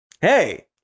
hey